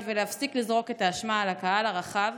ולהפסיק לזרוק את האשמה על הקהל הרחב,